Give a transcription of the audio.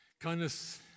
Kindness